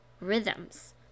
rhythms